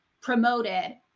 promoted